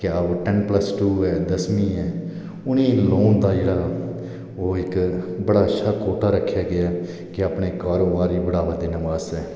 क्या ओह् ten plus two ऐ दसबीं ऐ उनें गी लून होंदा जेहड़ा ओह् इक बड़ाअच्छा कोटा रक्खे दा के अपने कारोबार गी बढाबा देने आस्तै